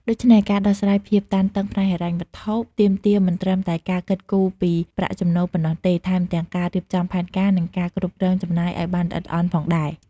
ដូច្នេះ ការដោះស្រាយភាពតានតឹងផ្នែកហិរញ្ញវត្ថុ ទាមទារមិនត្រឹមតែការគិតគូរពីប្រាក់ចំណូលប៉ុណ្ណោះទេ ថែមទាំងការរៀបចំផែនការ និងការគ្រប់គ្រងចំណាយឲ្យបានល្អិតល្អន់ផងដែរ។